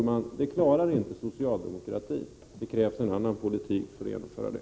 Men det klarar inte socialdemokratin — det krävs en annan politik för det.